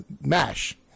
MASH